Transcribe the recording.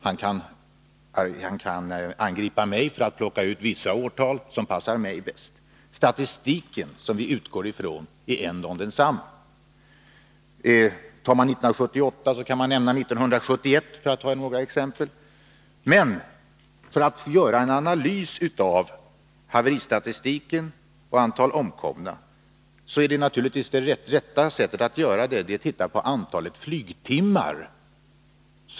Han kan angripa mig för att plocka ut vissa årtal som passar mig bäst. Den statistik som vi utgår från är ändå densamma. Man kan jämföra 1978 med 1971 t.ex. Men om man skall analysera haveristatistiken och antalet omkomna är det rätta sättet naturligtvis att titta på antalet flygtimmar.